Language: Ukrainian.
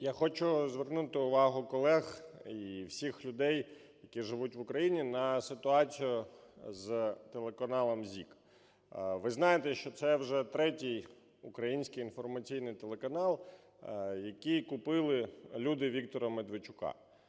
Я хочу звернути увагу колег і всіх людей, які живуть в Україні, на ситуацію з телеканалом ZIK. Ви знаєте, що це вже третій український інформаційний телеканал, який купили люди Віктора Медведчука.